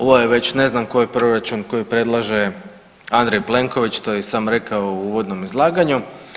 Ovo je već ne znam koji proračun koji predlaže Andrej Plenković to je i sam rekao u uvodnom izlaganju.